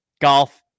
golf